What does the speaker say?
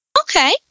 Okay